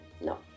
No